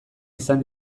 izan